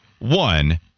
One-